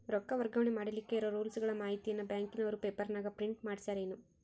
ರೊಕ್ಕ ವರ್ಗಾವಣೆ ಮಾಡಿಲಿಕ್ಕೆ ಇರೋ ರೂಲ್ಸುಗಳ ಮಾಹಿತಿಯನ್ನ ಬ್ಯಾಂಕಿನವರು ಪೇಪರನಾಗ ಪ್ರಿಂಟ್ ಮಾಡಿಸ್ಯಾರೇನು?